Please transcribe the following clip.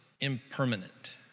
impermanent